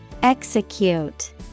Execute